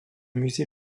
musée